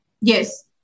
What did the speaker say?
Yes